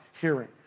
hearing